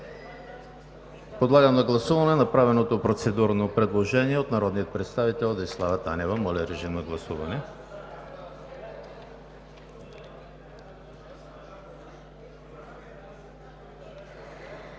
Подлагам на гласуване направеното процедурно предложение от народния представител Десислава Танева. Гласували